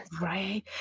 Right